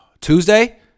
tuesday